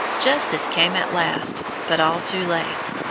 justice came at last, but all too late.